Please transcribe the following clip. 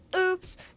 Oops